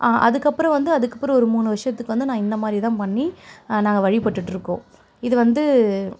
அதுக்கப்புறம் வந்து அதுக்கப்புறம் ஒரு மூணு வருஷத்துக்கு வந்து நான் இந்தமாதிரி தான் பண்ணி நாங்கள் வழிபட்டுகிட்ருக்கோம் இது வந்து